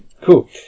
Cool